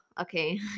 okay